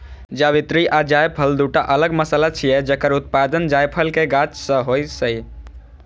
जावित्री आ जायफल, दूटा अलग मसाला छियै, जकर उत्पादन जायफल के गाछ सं होइ छै